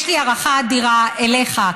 יש לי הערכה אדירה אליך,